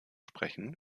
sprechen